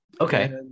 okay